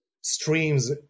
streams